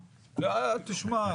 תשמע,